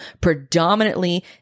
predominantly